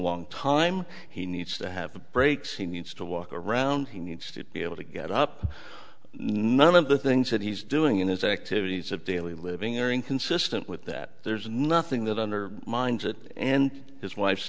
long time he needs to have the breaks he needs to walk around he needs to be able to get up none of the things that he's doing in his activities of daily living are inconsistent with that there's nothing that under mind and his wife's